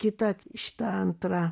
kita šita antra